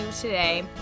today